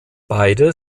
beide